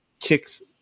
Kicks